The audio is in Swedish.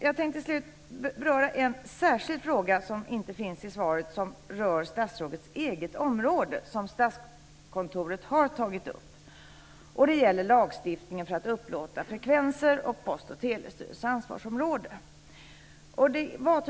Jag tänkte beröra en särskild fråga som inte finns i svaret, som rör statsrådets eget område och som Statskontoret har tagit upp. Den gäller lagstiftningen i fråga om att upplåta frekvenser och Post och telestyrelsens ansvarsområde.